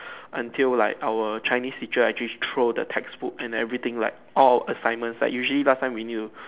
until like our Chinese teacher actually throw the textbook and everything like all our assignments like usually last time we need to